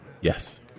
Yes